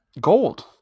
Gold